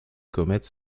commettre